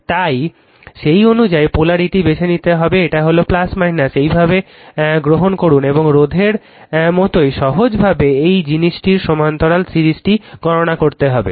তাই সেই অনুযায়ী পোলারিটি বেছে নিতে হবে এটা হলো এইভাবে গ্রহণ করুন এবং রোধের মতোই সহজভাবে এই জিনিসটির সমান্তরাল সিরিজটি গণনা করতে হবে